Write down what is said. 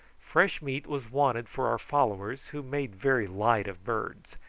fresh meat was wanted for our followers, who made very light of birds,